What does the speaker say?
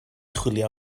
chwilio